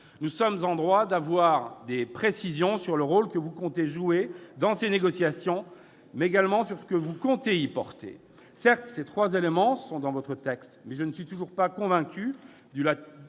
Nous sommes en droit d'obtenir des précisions sur le rôle que vous comptez jouer dans ces négociations et sur ce que vous comptez y défendre. Certes, ces trois éléments sont dans votre texte, mais je ne suis toujours pas convaincu